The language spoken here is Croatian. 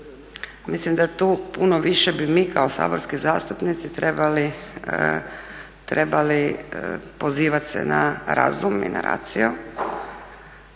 Mislim da tu puno više bi mi kao saborski zastupnici trebali pozivati se na razum i na racio